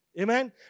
Amen